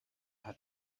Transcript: hat